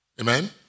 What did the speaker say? Amen